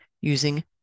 using